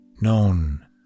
known